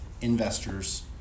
investors